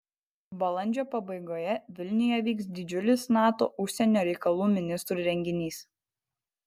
balandžio pabaigoje vilniuje vyks didžiulis nato užsienio reikalų ministrų renginys